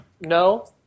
no